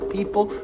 People